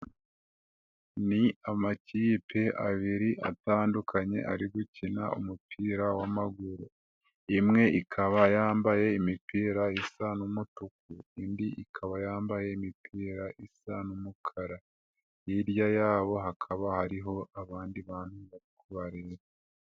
Ni amakipe abiri atandukanye ari gukina umupira w'amaguru, imwe ikaba yambaye imipira isa n'umutuku, indi ikaba yambaye imipira isa n'umukara, hirya yabo hakaba hariho abandi bantu bari kubareba.